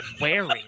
wearing